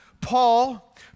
Paul